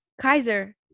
Kaiser